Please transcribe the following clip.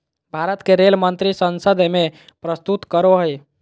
भारत के रेल मंत्री संसद में प्रस्तुत करो हइ